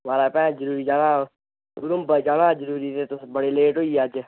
महाराज भैं जरूरी जाना हा उधमपुर जाना हा जरूरी ते तुस बड़ी लेट होई गे अज्ज